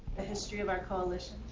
the history of our coalition.